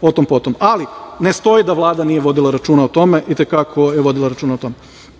o tom-potom. Ali, ne stoji da Vlada nije vodila računa o tome, i te kako je vodila računa o tome. Što